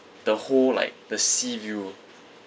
the whole like the sea view